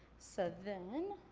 so then,